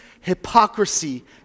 hypocrisy